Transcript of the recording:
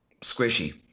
squishy